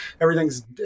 everything's